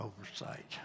Oversight